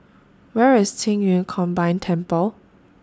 Where IS Qing Yun Combined Temple